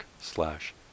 slash